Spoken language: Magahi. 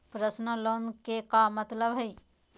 पर्सनल लोन के का मतलब हई?